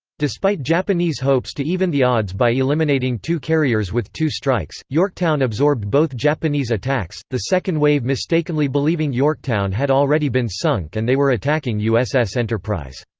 despite japanese hopes to even the odds by eliminating two carriers with two strikes, yorktown absorbed both japanese attacks, the second wave mistakenly believing yorktown had already been sunk and they were attacking uss enterprise.